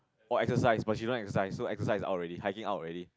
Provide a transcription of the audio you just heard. or exercise but she don't exercise so exercise is out already hiking out already